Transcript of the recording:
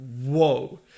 whoa